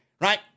right